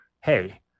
hey